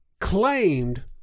claimed